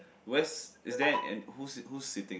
where is that and who's who's sitting